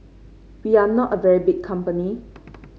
we are not a very big company